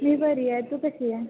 मी बरी आहे तू कशी आहे